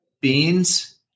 beans